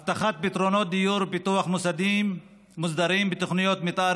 ראשית הבטחת פתרונות דיור ופיתוח מוסדרים בתוכניות מתאר